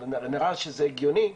נראה שזה הגיוני,